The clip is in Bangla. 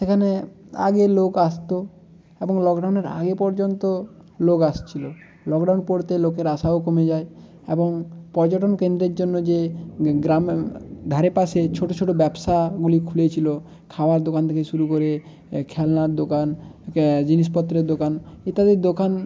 সেখানে আগে লোক আসতো এবং লকডাউনের আগে পর্যন্ত লোক আসছিলো লকডাউন পর থেকে লোকের আসাও কমে যায় এবং পর্যটন কেন্দ্রের জন্য যে গ্রাম ধারে পাশে ছোটো ছোটো ব্যবসাগুলি খুলেছিলো খাওয়ার দোকান থেকে শুরু করে খেলনার দোকান জিনিষপত্রের দোকান ইত্যাদির দোকান